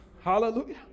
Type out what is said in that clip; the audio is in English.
Hallelujah